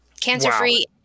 cancer-free